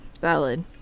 valid